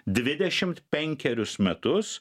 dvidešimt penkerius metus